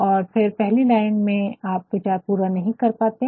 और फिर पहली लाइन में आप विचार पूरा नहीं पाते है